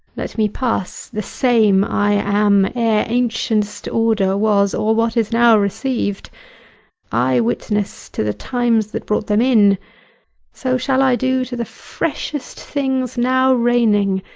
let me pass the same i am, ere ancient'st order was or what is now received i witness to the times that brought them in so shall i do to the freshest things now reigning,